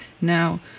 now